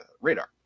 radar